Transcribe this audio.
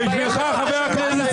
בוא נעשה אחרת.